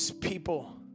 people